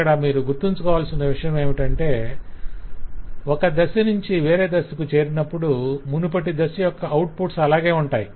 ఇక్కడ మీరు గుర్తుంచుకోవాల్సిన విషయమేమంటే ఒక దశ నుంచి వేరే దశకు చేరినప్పుడు మునుపటి దశ యొక్క ఔట్పుట్స్ అలాగే ఉంటాయి